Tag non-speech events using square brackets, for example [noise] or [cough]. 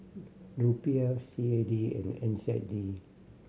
[noise] Rupiah C A D and N Z D